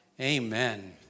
Amen